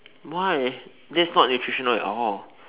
why that's not nutritional at all